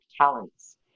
talents